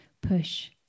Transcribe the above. push